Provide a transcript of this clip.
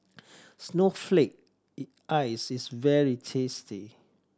snowflake ice is very tasty